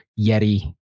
Yeti